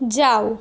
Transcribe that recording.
যাও